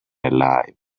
alive